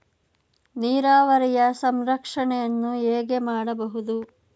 ನೀರಾವರಿಯ ಸಂರಕ್ಷಣೆಯನ್ನು ಹೇಗೆ ಮಾಡಬಹುದು?